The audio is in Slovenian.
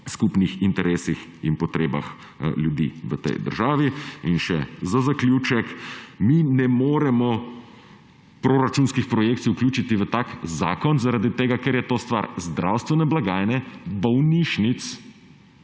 skupnih interesih in potrebah ljudi v tej državi. In še za zaključek. Mi ne moremo proračunskih projekcij vključiti v tak zakon zaradi tega, ker je to stvar zdravstvene blagajne, bolnišnic